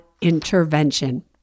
intervention